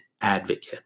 advocate